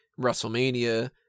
WrestleMania